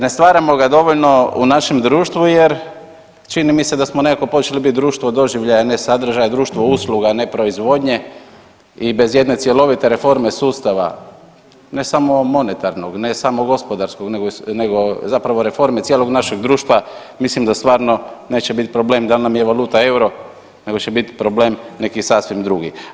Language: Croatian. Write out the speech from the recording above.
Ne stvaramo ga dovoljno u našem društvu jer čini mi se da smo nekako počeli biti društvo doživljaja, a ne sadržaja, društvo usluga, a ne proizvodnje i bez jedne cjelovite reforme sustava ne samo monetarnog, ne samo gospodarskog nego zapravo reforme cijelog našeg društva mislim da stvarno neće biti problem da nam je valuta eura nego će bit problem neki sasvim drugi.